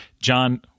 John